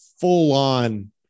full-on